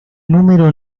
número